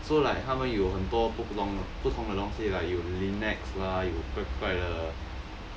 so like 他们有很多不同不同的东西 like 有 linux lah 有怪怪的